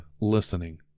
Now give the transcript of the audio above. listening